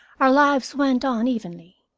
our lives went on evenly.